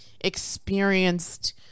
experienced